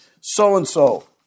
so-and-so